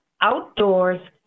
outdoors